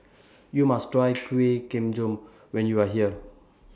YOU must Try Kueh Kemboja when YOU Are here